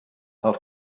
els